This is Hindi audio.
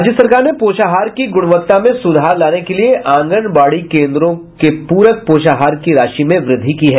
राज्य सरकार ने पोषाहार की गुणवत्ता मे सुधार लाने के लिये आंगनबाड़ी केंद्रों के प्रक पोषाहार की राशि में वृद्धि की है